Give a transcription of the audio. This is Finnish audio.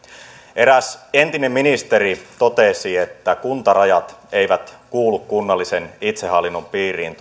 eräs entinen ministeri totesi viime vaalikaudella että kuntarajat eivät kuulu kunnallisen itsehallinnon piiriin